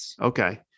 Okay